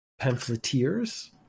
Pamphleteers